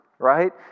Right